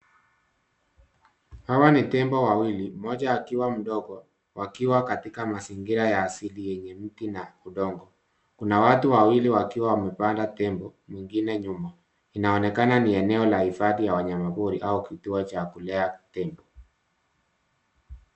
Hawa ni tembo wawili, mmoja akiwa mdogo, wakiwa katika mazingira ya asili yenye miti na udongo. Kuna watu wawili wakiwa wamepanda tembo, mwingine nyuma. Inaonekana ni eneo la hifadhi ya wanyama pori au kituo cha kulea tembo.